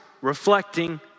reflecting